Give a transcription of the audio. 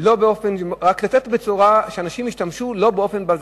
אלא שאנשים לא ישתמשו באופן בזבזני,